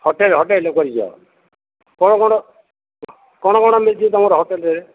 hotel hotel କରିଛ କ'ଣ କ'ଣ କ'ଣ କ'ଣ ମିଳୁଛି ତୁମର ହୋଟେଲ୍ରେ